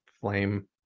flame